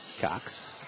Cox